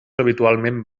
habitualment